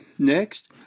Next